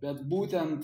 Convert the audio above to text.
bet būtent